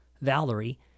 Valerie